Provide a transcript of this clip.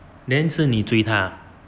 then 是你追他